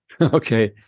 okay